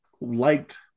liked